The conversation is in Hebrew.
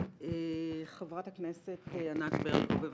חברת הכנסת ענת ברקו, בבקשה.